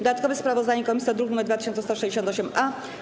Dodatkowe sprawozdanie komisji to druk nr 2168-A.